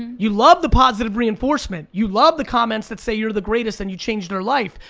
you love the positive reinforcement, you love the comments that say you're the greatest and you changed their life,